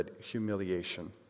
humiliation